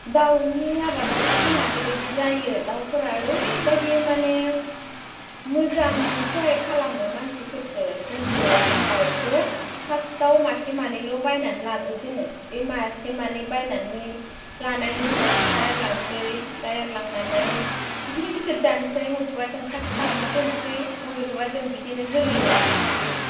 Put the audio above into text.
दाउनि आबादावथ' जोंहा ओरैबायदि जायो दाउफोरा ओरैबायदि माने मोजां सहाय खालामो मानसिफोरखौ जोंखौ जों दाउखौ फार्स्टआव मासे मानैल' बायनानै लाग्रोजेनो बे मासे मानै बायनानै लानायनि उनाव फिसाया एरलांसै फिसा एरलांनानै बिदिनो गिदिर जानोसै बबेबा जों खासि खालामना दोननोसै बबेखौबा जों बिदिनो जोलैनो लाखिनोसै